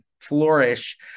flourish